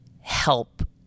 help